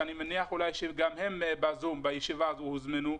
שאני מניח שגם הם בזום בישיבה והוזמנו,